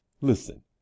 listen